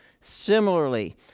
Similarly